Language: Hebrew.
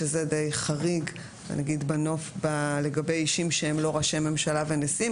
שזה די חריג לגבי אישים שהם לא ראשי ממשלה ונשיאים.